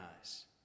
eyes